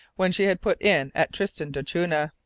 when she had put in at tristan d'acunha.